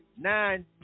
nine